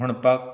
म्हणपाक